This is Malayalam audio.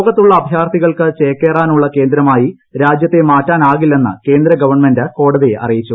ലോകത്തുളള അഭയാർത്ഥികൾക്ക് ചേക്കേറാനുളള കേന്ദ്രമായി രാജ്യത്തെ മാറ്റാനാകില്ലെന്ന് കേന്ദ്ര ഗവൺമെന്റ് കോടതിയെ അറിയിച്ചു